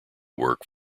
work